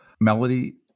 Melody